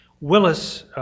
Willis